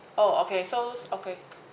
orh okay so okay